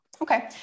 Okay